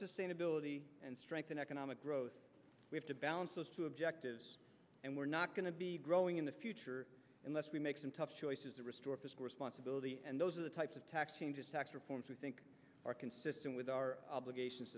sustainability and strengthen economic growth we have to balance those two objectives and we're not going to be growing in the future unless we make some tough choices to restore fiscal responsibility and those are the types of tax changes tax reforms we think are consistent with our obligations